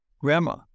grandma